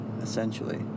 Essentially